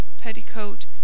petticoat